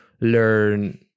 learn